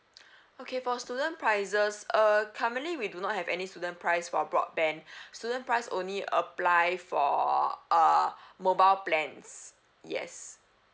okay for student prices uh currently we do not have any student price for broadband student price only apply for uh mobile plans yes